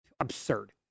absurd